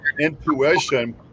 intuition